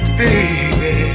baby